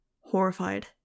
horrified